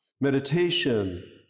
Meditation